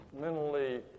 mentally